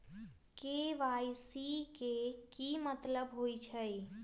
KYC के कि मतलब होइछइ?